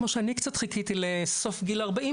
כמו שאני קצת חיכיתי לסוף גיל ארבעים